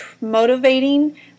motivating